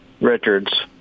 Richards